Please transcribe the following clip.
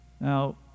Now